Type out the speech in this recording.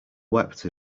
wept